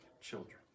children